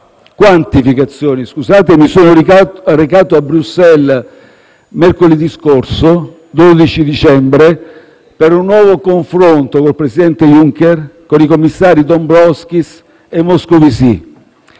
quantificazioni mi sono recato a Bruxelles mercoledì scorso, 12 dicembre, per un nuovo confronto con il presidente Juncker e con i commissari Dombrovskis e Moscovici.